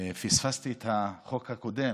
פספסתי את החוק הקודם,